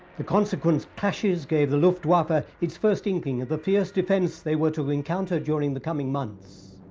the consequent clashes gave the luftwaffe ah its first inkling of the fierce defense they were to encounter during the coming months.